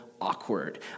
awkward